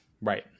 Right